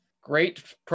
great